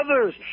others